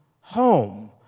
home